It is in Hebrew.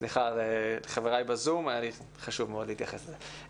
סליחה, חבריי בזום, היה לי חשוב להתייחס לזה.